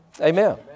Amen